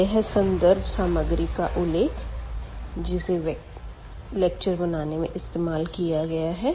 यह संदर्भ सामग्री का उल्लेख है जिसे लेक्चर तैयार करने में इस्तेमाल किया गया है